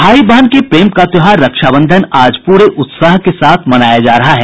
भाई बहन के प्रेम का त्योहार रक्षाबंधन आज पूरे उत्साह के साथ मनाया जा रहा है